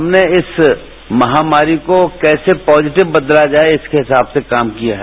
हमने इस महामारी को कैसे पॉजीटिव बदला जाए इसके हिसाब से काम किया है